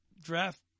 draft